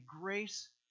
grace